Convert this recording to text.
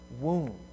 wound